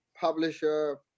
publisher